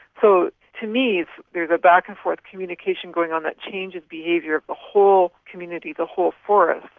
so to me there's a back and forth communication going on that changes behaviour the whole community, the whole forest,